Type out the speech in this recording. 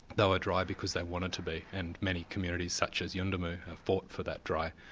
and ah dry because they wanted to be, and many communities such as yuendumu, have fought for that dry,